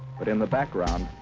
but in the background,